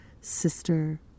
sister